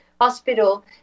Hospital